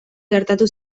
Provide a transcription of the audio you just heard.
gertatu